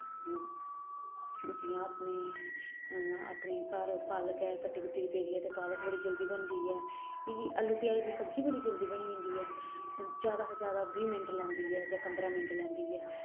जि'यां अपने अपने घर पालक ऐ कट्टी कुट्टी दी पेई दी ऐ ते पालक बड़ी जल्दी बनदी ऐ इ'यां आलू प्याज दी सब्जी बड़ी जल्दी बनी जंदी ऐ ज्यादा हा ज्यादा बीह् मिंट्ट लैंदी ऐ जां पंदरां मैंट्ट लैंदी ऐ